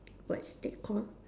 what's that called